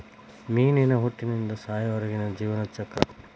ಮೇನಿನ ಹುಟ್ಟಿನಿಂದ ಸಾಯುವರೆಗಿನ ಜೇವನ ಚಕ್ರ